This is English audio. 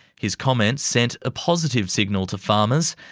his comments sent a positive signal to farmers,